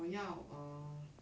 我要 err